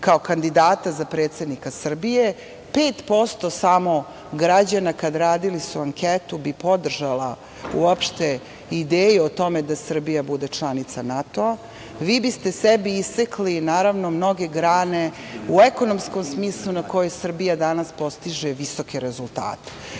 kao kandidata za predsednika Srbije, 5% samo građana kada su radili anketu bi podržalo uopšte ideju o tome da Srbija bude članica NATO-a, vi biste sebi isekli, naravno, mnoge grane u ekonomskom smislu na koje Srbija danas postiže visoke rezultate.S